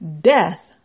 Death